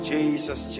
Jesus